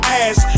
ass